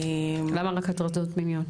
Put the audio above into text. למה רק הטרדות מיניות?